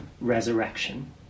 resurrection